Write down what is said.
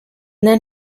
then